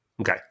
Okay